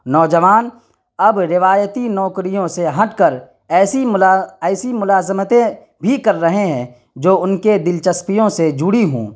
نوجوان اب روایتی نوکریوں سے ہٹ کر ایسی ایسی ملازمتیں بھی کر رہے ہیں جو ان کے دلچسپیوں سے جڑی ہوں